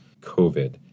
COVID